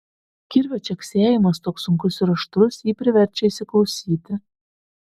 kirvio čeksėjimas toks sunkus ir aštrus jį priverčia įsiklausyti